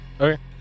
Okay